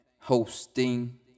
Hosting